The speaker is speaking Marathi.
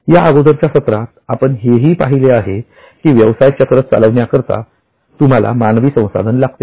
या अगोदरच्या सत्रात आपण हेही पाहिले आहे की व्यवसायचक्र चालविण्याकरिता तुम्हाला मानवी संसाधन लागते